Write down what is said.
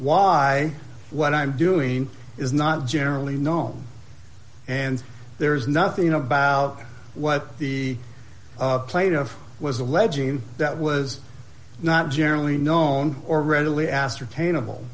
why what i'm doing is not generally known and there's nothing about what the plaintiff was alleging that was not generally known or readily ascertain